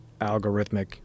algorithmic